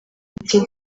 ati